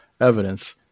evidence